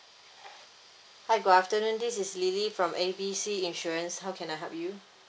hi good afternoon this is lily from A B C insurance how can I help you